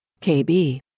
KB